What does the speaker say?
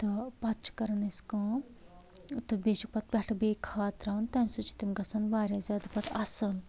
تہٕ پتہِٕ چھِ کران أسۍ کٲم تہٕ بیٚیہِ چھِ پتہٕ پٮ۪ٹھٕ بیٚیہِ کھاد ترٛاوان تمہِ سۭتۍ چھ تِم گژھان واریاہ زیادٕ پتہٕ اصل